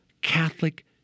Catholic